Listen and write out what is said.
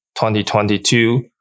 2022